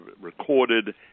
recorded